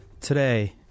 Today